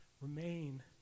remain